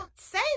say